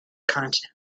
content